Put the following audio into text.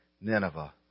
Nineveh